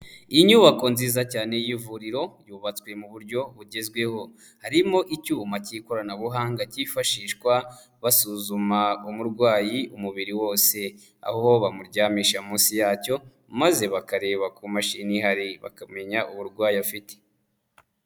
Inyubako nziza cyane y'ivuriro yubatswe mu buryo bugezweho. Harimo icyuma cy'ikoranabuhanga cyifashishwa basuzuma umurwayi umubiri wose. Aho bamuryamisha munsi yacyo, maze bakareba ku mashini ihari bakamenya uburwayi afite.